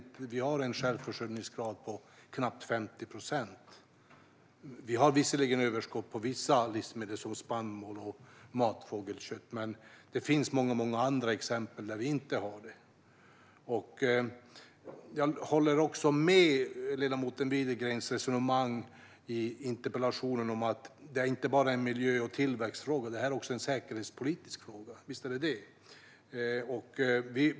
Vi har en självförsörjningsgrad på knappt 50 procent. Visserligen har vi ett överskott på vissa livsmedel, såsom spannmål och matfågelkött, men det finns många andra exempel där vi inte har det. Jag håller med om ledamoten Widegrens resonemang i interpellationen att detta inte bara är en miljö och tillväxtfråga utan också en säkerhetspolitisk fråga. Visst är det så.